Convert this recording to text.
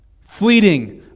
Fleeting